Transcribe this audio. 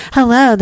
Hello